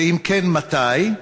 ואם כן, מתי?